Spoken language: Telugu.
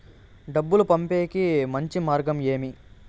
డబ్బు పంపేకి మంచి మార్గం ఏమి